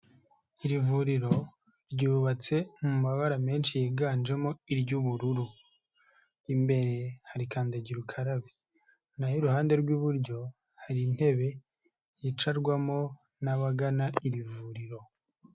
Iri vuriro ryubatse mu mabara menshi yiganjemo iry'ubururu. Imbere hari kandagira ukarabe na ho iruhande rw'iburyo, hari intebe yicarwamo n'abagana iri vuriro.